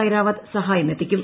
ഐരാവത് സഹായം എത്തിക്കും